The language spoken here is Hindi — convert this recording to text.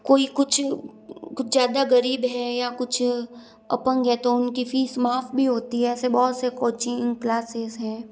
कोई कुछ कुछ ज़्यादा गरीब है या कुछ अपंग है तो उनकी फ़ीस माफ़ भी होती है ऐसे बहुत से कोचिंग क्लासेस हैं